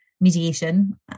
mediation